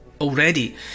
already